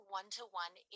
one-to-one